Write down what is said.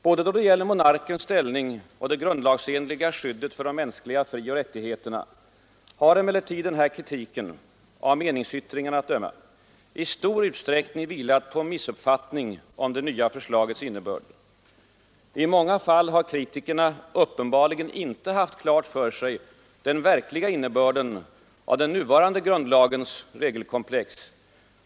Både då det gäller monarkens ställning och det grundlagsenliga skyddet för de mänskliga frioch rättigheterna har emellertid kritiken, av meningsyttringarna att döma, i stor utsträckning vilat på en missuppfatt ning om det nya förslagets innebörd. I många fall har kritikerna uppenbarligen inte haft klart för sig den verkliga innebörden av den nuvarande grundlagens regelkomplex.